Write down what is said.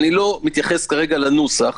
אני לא מתייחס כרגע לנוסח.